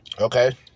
Okay